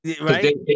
right